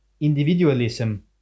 individualism